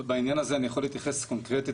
בעניין הזה אני יכול להתייחס קונקרטית